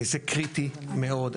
זה קריטי מאוד.